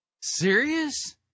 Serious